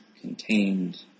contained